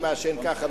מי מעשן ככה,